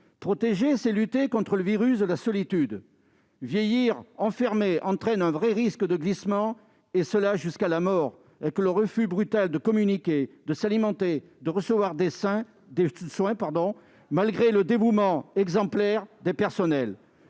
Protéger, c'est lutter contre le virus de la solitude. Le fait de vieillir enfermé entraîne un véritable risque de glissement pouvant conduire jusqu'à la mort, avec le refus brutal de communiquer, de s'alimenter et de recevoir des soins, malgré le dévouement exemplaire des personnels.